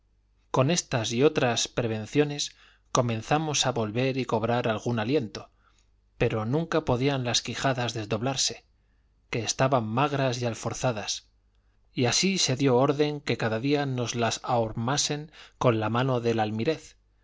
con estas y otras prevenciones comenzamos a volver y cobrar algún aliento pero nunca podían las quijadas desdoblarse que estaban magras y alforzadas y así se dio orden que cada día nos las ahormasen con la mano del